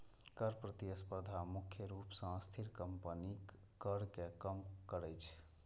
कर प्रतिस्पर्धा मुख्य रूप सं अस्थिर कंपनीक कर कें कम करै छै